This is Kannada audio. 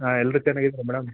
ಹಾಂ ಎಲ್ಲರು ಚೆನ್ನಾಗಿದಾರೆ ಮೇಡಮ್